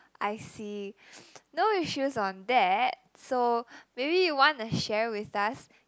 I see no issues on that so maybe you wanna share with us